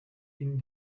ihnen